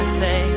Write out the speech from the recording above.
say